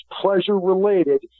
pleasure-related